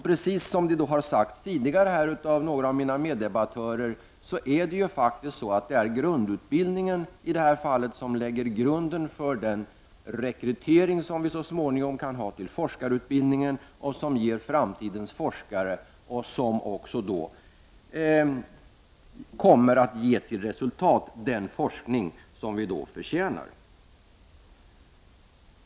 Precis som några av mina meddebattörer har sagt här tidigare är det ju faktiskt grundutbildningen som i det här fallet lägger grunden för den rekrytering som så småningom kan ske till forskarutbildningen, som ger framtidens forskare och som också som ett resultat kommer att ge oss den forskning vi förtjänar.